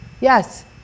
Yes